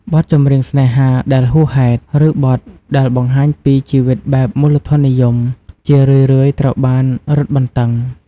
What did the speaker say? បទចម្រៀងស្នេហាដែលហួសហេតុ ឬបទដែលបង្ហាញពីជីវិតបែបមូលធននិយម ជារឿយៗត្រូវបានរឹតបន្តឹង។